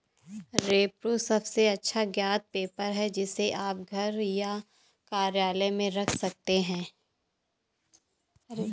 repro सबसे अच्छा ज्ञात पेपर है, जिसे आप घर या कार्यालय में रख सकते हैं